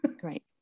Great